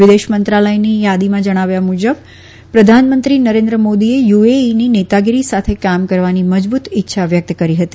વિદેશ મંત્રાલયની સમાચાર થાદીમાં જણાવ્યા મુજબ પ્રધાનમંત્રી નરેન્દ્ર મોદીએ યુએઈની નેતાગીરી સાથે કામ કરવાની મજબુત ઈચ્છા વ્યકત કરી હતી